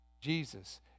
Jesus